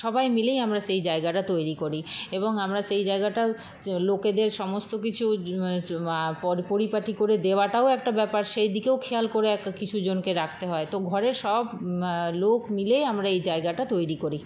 সবাই মিলেই আমরা সেই জায়গাটা তৈরি করি এবং আমরা সেই জায়গাটাও লোকেদের সমস্ত কিছু পরিপাটি করে দেওয়াটাও একটা ব্যাপার সেই দিকেও খেয়াল করে কিছুজনকে রাখতে হয় তো ঘরের সব লোক মিলেই আমরা এই জায়গাটা তৈরি করি